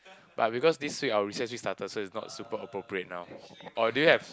but because this week our research week started so it's not super appropriate now or do you have